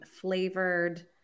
flavored